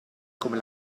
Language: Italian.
come